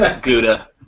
Gouda